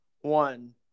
one